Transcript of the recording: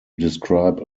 describe